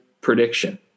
prediction